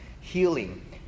healing